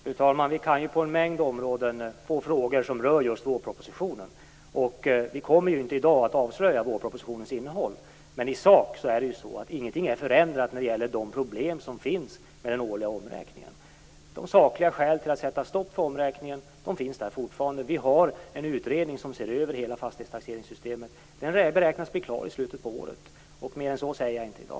Fru talman! Vi kan få frågor på en mängd områden som rör just vårpropositionen. Vi kommer inte att avslöja propositionens innehåll i dag, men i sak är ingenting förändrat när det gäller de problem som finns med den årliga omräkningen. De sakliga skälen för att sätta stopp för omräkningen finns där fortfarande. Vi har en utredning som ser över hela fastighetstaxeringssystemet, och den beräknas bli klar i slutet av året. Mer än så säger jag inte i dag.